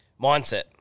Mindset